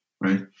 right